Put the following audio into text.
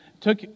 took